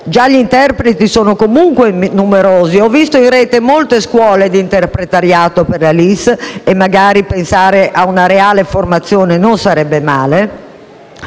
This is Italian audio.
Già gli interpreti sono numerosi. Ho visto in Rete molte scuole di interpretariato per la LIS e, magari, pensare ad una reale formazione non sarebbe male.